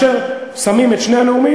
ולכן, כאשר שמים את שני הנאומים,